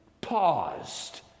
paused